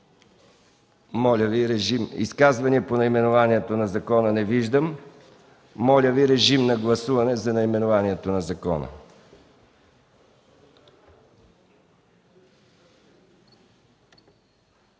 Моля, режим на гласуване за наименованието на закона.